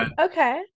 Okay